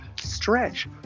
stretch